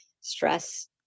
stress